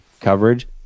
coverage